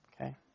Okay